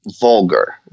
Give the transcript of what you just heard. vulgar